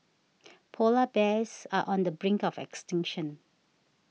Polar Bears are on the brink of extinction